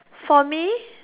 for me